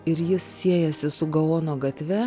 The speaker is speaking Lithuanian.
ir jis siejasi su gaono gatve